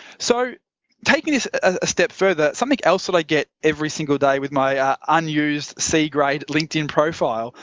so taking this a step further, something else but i get every single day with my unused c-grade linkedin profile,